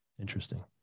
Interesting